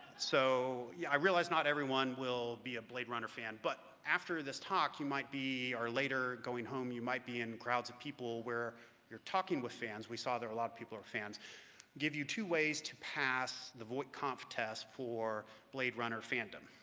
so i realize not everyone will be a blade runner fan, but after this talk you might be or later, going home, you might be in crowds of people where you're talking with fans. we saw there a lot of people are fans. i'll give you two ways to pass the voight-kampff test for blade runner fandom.